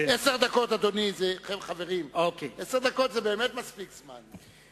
עשר דקות, חברים, זה באמת מספיק זמן.